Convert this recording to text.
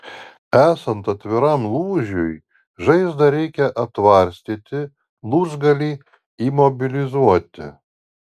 esant atviram lūžiui žaizdą reikia aptvarstyti lūžgalį imobilizuoti